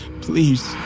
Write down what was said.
Please